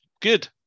Good